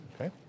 Okay